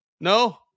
No